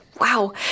Wow